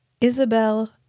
Isabel